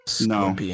No